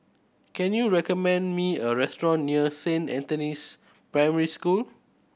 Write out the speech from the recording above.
can you recommend me a restaurant near Saint Anthony's Primary School